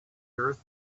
earth